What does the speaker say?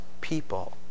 people